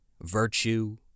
virtue